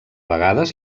vegades